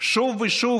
שוב ושוב